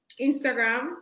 instagram